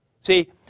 See